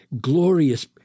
glorious